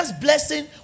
blessing